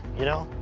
you know?